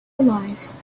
lives